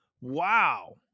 Wow